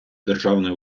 державної